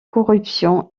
corruption